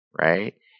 right